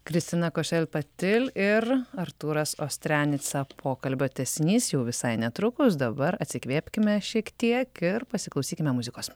kristina košel patil ir artūras ostrianica pokalbio tęsinys jau visai netrukus dabar atsikvėpkime šiek tiek ir pasiklausykime muzikos